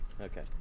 Okay